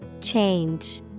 Change